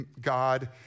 God